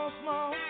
small